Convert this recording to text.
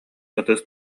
ытыс